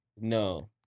No